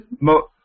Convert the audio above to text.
Mo